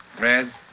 Red